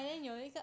ya